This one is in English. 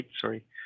sorry